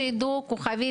הציבור,